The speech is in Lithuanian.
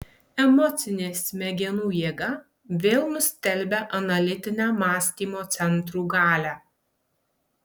emocinė smegenų jėga vėl nustelbia analitinę mąstymo centrų galią